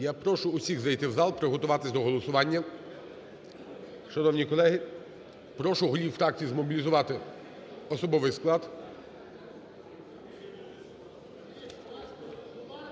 Я прошу всіх зайти в зал, приготуватися до голосування. Шановні колеги, прошу голів фракцій змобілізувати особовий склад.